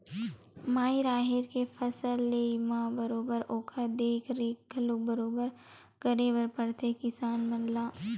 माई राहेर के फसल लेय म बरोबर ओखर देख रेख घलोक बरोबर करे बर परथे किसान मन ला